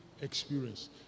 experience